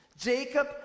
Jacob